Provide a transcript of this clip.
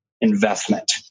investment